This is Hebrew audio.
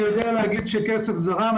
אני יודע שכסף זרם.